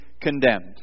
condemned